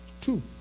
Two